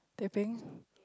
teh peng